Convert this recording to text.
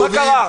מה קרה?